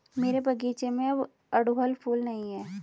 मेरे बगीचे में अब अड़हुल फूल नहीं हैं